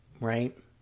right